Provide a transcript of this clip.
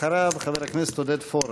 אחריו, חבר הכנסת עודד פורר.